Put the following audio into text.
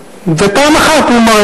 ופעם אחת הוא אמר.